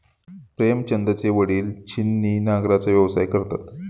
प्रेमचंदचे वडील छिन्नी नांगराचा व्यवसाय करतात